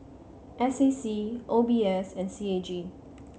S A C O B S and C A G